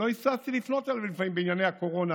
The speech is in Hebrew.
שלא היססתי לפנות אליו לפעמים בענייני הקורונה,